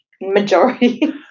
majority